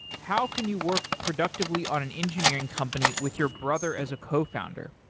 how can you work productively on an engineering company with your brother as a cofounder?